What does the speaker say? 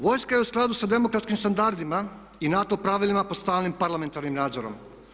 Vojska je u skladu sa demokratskim standardima i NATO pravilima pod stalnim parlamentarnim nadzorom.